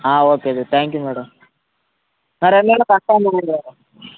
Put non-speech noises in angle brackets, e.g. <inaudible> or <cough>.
ஆ okay thank you madam வேறு என்னனு confirm பண்ணி <unintelligible>